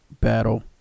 battle